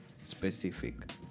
specific